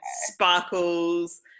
sparkles